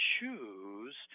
choose